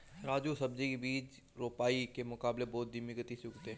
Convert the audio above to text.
राजू सब्जी के बीज रोपाई के मुकाबले बहुत धीमी गति से उगते हैं